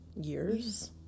years